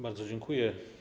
Bardzo dziękuję.